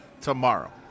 tomorrow